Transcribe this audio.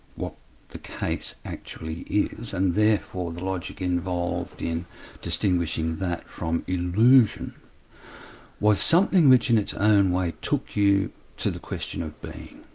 what the case actually is, and therefore the logic involved in distinguishing that from illusion was something which in its own way took you to the question of being.